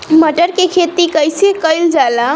मटर के खेती कइसे कइल जाला?